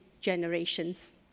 generations